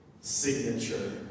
signature